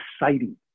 exciting